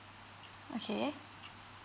okay